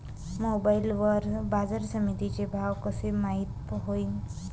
Mobile वर बाजारसमिती चे भाव कशे माईत होईन?